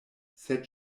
sed